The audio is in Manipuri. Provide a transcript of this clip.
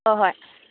ꯍꯣꯏ ꯍꯣꯏ